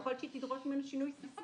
יכול להיות שהיא תדרוש מהם שינוי סיסמה.